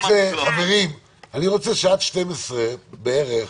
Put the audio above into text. חברים, אני רוצה עד 12:00 בערך